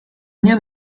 nie